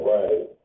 Right